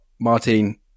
Martin